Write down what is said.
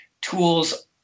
tools